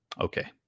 Okay